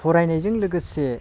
फरायनायजों लोगोसे